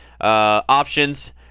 options